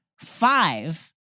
five